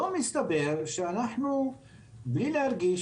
היום מסתבר שאנחנו בלי להרגיש,